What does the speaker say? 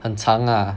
很长啊